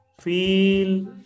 feel